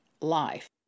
life